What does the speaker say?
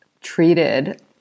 treated